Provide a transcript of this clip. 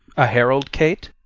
a herald, kate?